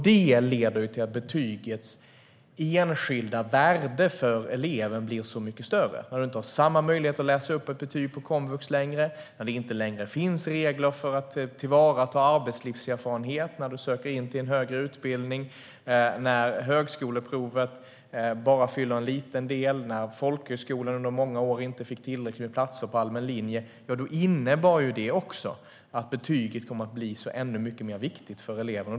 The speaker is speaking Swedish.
Det leder till att betygets enskilda värde för eleven blir så mycket större när man inte har samma möjlighet att läsa upp ett betyg på komvux längre, när det inte längre finns regler för att tillvarata arbetslivserfarenhet när man söker till en högre utbildning, när högskoleprovet bara fyller en liten del och när folkhögskolorna under många år inte fick tillräckligt med platser på allmän linje. Det innebär att betyget blir så mycket mer viktigt för eleven.